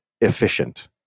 efficient